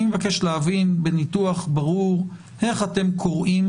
אני מבקש להבין בניתוח ברור איך אתם קוראים